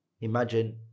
Imagine